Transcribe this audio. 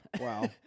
Wow